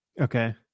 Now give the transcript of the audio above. Okay